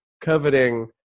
coveting